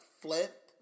flip